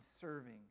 serving